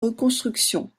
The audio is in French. reconstructions